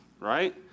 Right